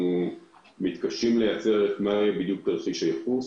אנחנו מתקשים לומר מה יהיה בדיוק תרחיש הייחוס,